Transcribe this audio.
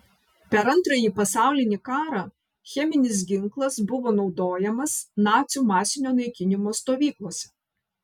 per antrąjį pasaulinį karą cheminis ginklas buvo naudojamas nacių masinio naikinimo stovyklose